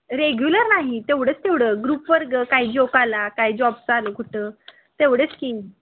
regular नाही तेवढंच तेवढं ग्रुपवर गं काही जोक आला काय जॉबचं आलं कुठं तेवढंच की